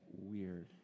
weird